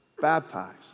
baptized